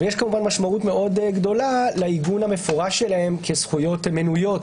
אך יש משמעות גדולה לעיגון המפורש שלהן כזכויות מנויות,